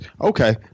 okay